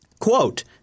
Quote